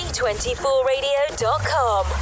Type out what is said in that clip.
G24Radio.com